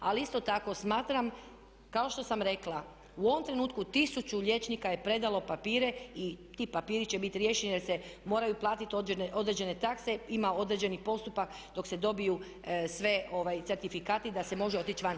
Ali isto tako smatram kao što sam rekla u ovom trenutku 1000 liječnika je predalo papire i ti papiri će biti riješeni jer se moraju platiti određene takse, ima određeni postupak dok se dobiju svi certifikati da se može otići vani.